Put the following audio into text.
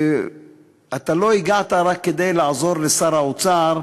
שאתה לא הגעת רק כדי לעזור לשר האוצר,